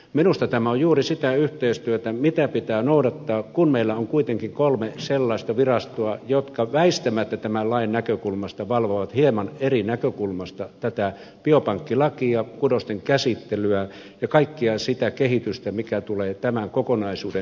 minusta tämä on juuri sitä yhteistyötä jota pitää noudattaa kun meillä on kuitenkin kolme sellaista virastoa jotka väistämättä tämän lain näkökulmasta valvovat hieman eri näkökulmasta tätä biopankkilakia kudosten käsittelyä ja kaikkea sitä kehitystä mikä tulee tämän kokonaisuuden ympärille muodostumaan